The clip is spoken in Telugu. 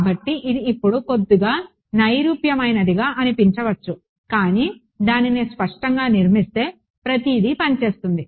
కాబట్టి ఇది ఇప్పుడు కొద్దిగా నైరూప్యమైనదిగా అనిపించవచ్చు కానీ దానిని స్పష్టంగా నిర్మిస్తే ప్రతిదీ పని చేస్తుంది